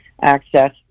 access